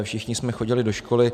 Všichni jsme chodili do školy.